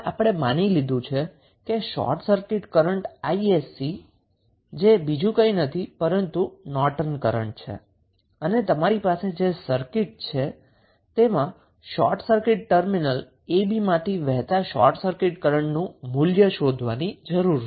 હવે આપણે માની લીધું છે કે શોર્ટ સર્કિટ કરંટ 𝑖𝑠𝑐 છે જે બીજું કંઈ નથી પરંતુ નોર્ટનનો કરન્ટ છે અને તમારી પાસે જે સર્કિટ છે તેમાં તમારે શોર્ટ સર્કિટ ટર્મિનલ ab માંથી વહેતા શોર્ટ સર્કિટ કરન્ટનું મૂલ્ય શોધવાની જરૂર છે